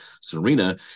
Serena –